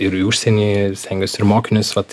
ir į užsienį stengiuos ir mokinius vat